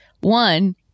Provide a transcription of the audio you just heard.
One